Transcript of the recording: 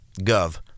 Gov